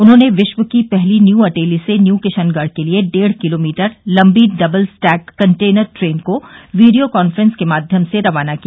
उन्होंने विश्व की पहली न्यू अटेली से न्यू किशनगढ़ के लिए डेढ किलोमीटर लंबी डबल स्टैक कर्टेनर ट्रेन को वीडियो कांफ्रेंस के माध्यम से रवाना किया